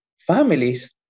families